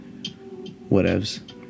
whatevs